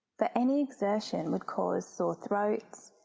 but any exertion would cause sore throats,